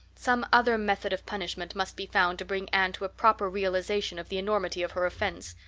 some other method of punishment must be found to bring anne to a proper realization of the enormity of her offense.